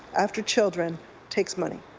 after children takes money.